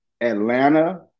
Atlanta